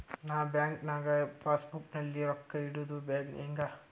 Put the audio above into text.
ನಾ ಬ್ಯಾಂಕ್ ನಾಗ passbook ನಲ್ಲಿ ರೊಕ್ಕ ಇಡುದು ಹ್ಯಾಂಗ್?